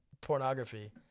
pornography